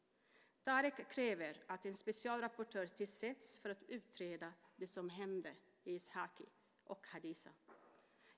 Tareq kräver att en specialrapportör tillsätts för att utreda det som hände i Ishaqi och Hadithah.